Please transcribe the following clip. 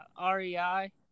REI